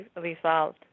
result